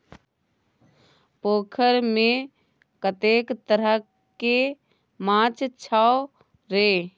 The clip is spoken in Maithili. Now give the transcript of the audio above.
पोखैरमे कतेक तरहके माछ छौ रे?